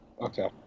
Okay